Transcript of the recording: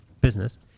business